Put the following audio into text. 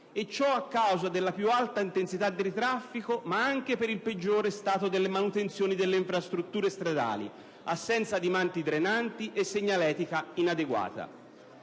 ciò a causa della più alta intensità di traffico, ma anche per il peggiore stato delle manutenzioni delle infrastrutture stradali: assenza di manti drenanti e segnaletica inadeguata.